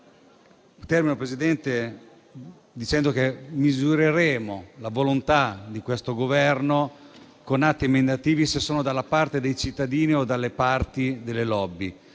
Termino, Presidente, dicendo che misureremo la volontà di questo Governo con atti emendativi, per vedere se sono dalla parte dei cittadini o dalla parte delle *lobby*.